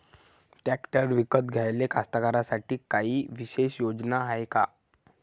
Tractor विकत घ्याले कास्तकाराइसाठी कायी विशेष योजना हाय का?